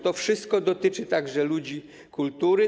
To wszystko dotyczy także ludzi kultury.